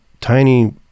tiny